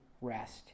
rest